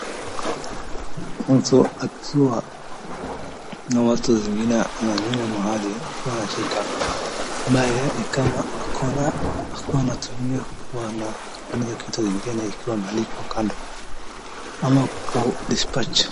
Mtu akiwa na watu zingine anafinya mahali kama anashika naye ni kama akona anatumia wanaandika kitu ingine ikiwa imewekwa kando ama ku dispatch .